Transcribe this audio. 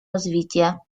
развития